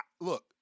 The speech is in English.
look